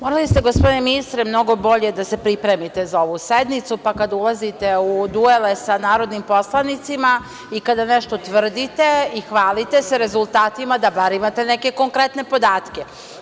Morali ste, gospodine ministre, mnogo bolje da se pripremite za ovu sednicu, pa kada ulazite u duele sa narodnim poslanicima i kada nešto tvrdite i hvalite se rezultatima da bar imate neke konkretne podatke.